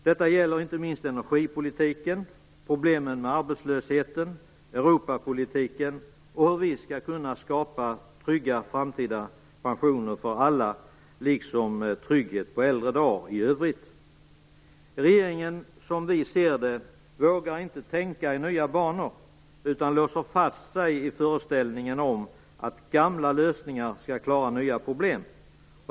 Detta gäller inte minst energipolitiken, problemen med arbetslösheten, Europapolitiken och hur vi skall kunna skapa trygga framtida pensioner för alla, liksom trygghet på äldre dar i övrigt. Regeringen vågar inte, som vi ser det, tänka i nya banor, utan låser fast sig i föreställningen att gamla lösningar skall klara nya problem.